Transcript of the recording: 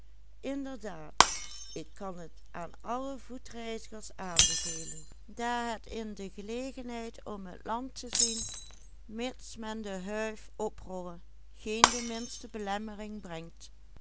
voetreizigers aanbevelen daar het in de gelegenheid om het land te zien mits men de huif oprolle geen de minste belemmering brengt